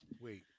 Wait